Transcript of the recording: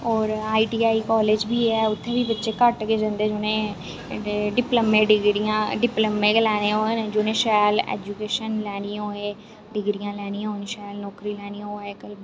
होर I T I college बी ऐ उत्थै बी बच्चे घट्ट गै जंदे जिनें डिप्लमें डिग्रियां डिप्लोमें दै लैने होन जिनें शैल ऐजूकेशन लैनी होए डिग्रियां लैनियां होन जिनें शैल नौकरी लैनी होए ओह् अज्जकल